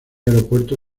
aeropuerto